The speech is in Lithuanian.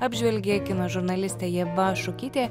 apžvelgė kino žurnalistė ieva šukytė